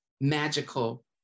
magical